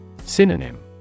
Synonym